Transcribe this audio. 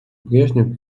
прежнему